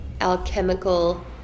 alchemical